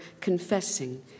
confessing